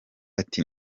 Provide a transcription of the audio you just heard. ati